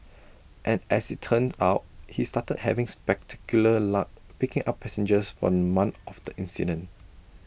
and as IT turned out he started having spectacular luck picking up passengers for month of the incident